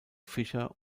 fischer